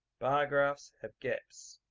bar graphs have gaps.